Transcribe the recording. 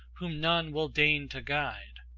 whom none will deign to guide,